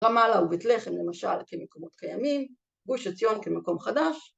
‫רמאלה ובית לחם למשל כמקומות קיימים, ‫גוש עציון כמקום חדש.